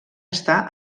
està